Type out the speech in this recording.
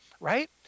right